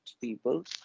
people